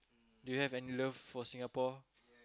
do you have any love for Singapore